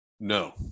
no